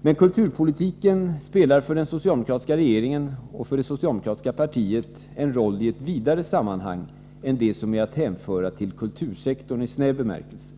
Men kulturpolitiken spelar för den socialdemokratiska regeringen och för det socialdemokratiska partiet en roll i ett vidare sammanhang än det som är att hänföra till kultursektorn i snäv bemärkelse.